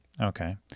Okay